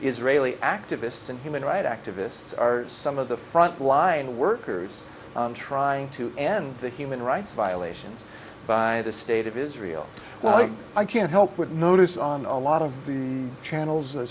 israeli activists and human rights activists are some of the front line workers trying to end the human rights violations by the state of israel well i can't help but notice on a lot of the channels